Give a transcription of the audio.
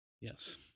Yes